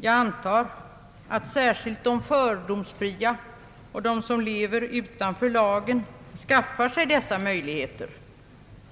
Jag antar att särskilt de fördomsfria och de som lever utanför lagen skaffar sig dessa möjligheter